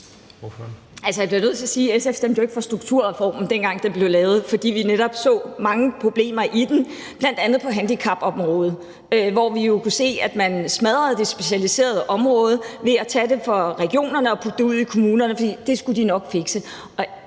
jeg bliver nødt til at sige, at SF ikke stemte for strukturreformen, dengang den blev lavet, fordi vi netop så mange problemer i den, bl.a. på handicapområdet, hvor vi jo kunne se, at man smadrede det specialiserede område ved at tage det fra regionerne og lægge det ud i kommunerne, for det skulle de nok fikse.